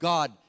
God